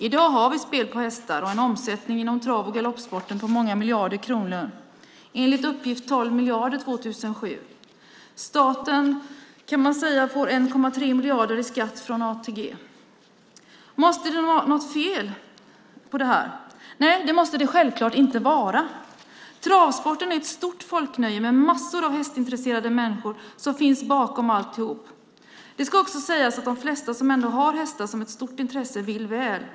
I dag har vi spel på hästar och en omsättning inom trav och galoppsporten på många miljarder kronor - enligt uppgift 12 miljarder 2007. Staten, kan man säga, får 1,3 miljarder i skatt från ATG. Måste det vara något fel på det här? Nej, det måste det självklart inte vara. Travsporten är ett stort folknöje. Det finns massor av hästintresserade människor bakom alltihop. Det ska också sägas att de flesta som ändå har hästar som ett stort intresse vill väl.